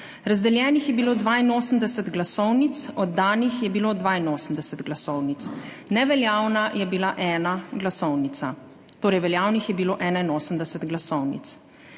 Razdeljenih je bilo 82 glasovnic, oddanih je bilo 82 glasovnic, neveljavna je bila 1 glasovnica. Veljavnih je bilo torej 81 glasovnic.